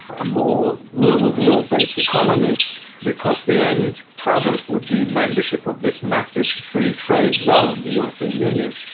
a more rule-of-law based economy because the end product would be membership of this massive free trade zone, the european union.